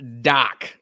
Doc